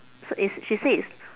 so is she said it's